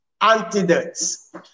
Antidotes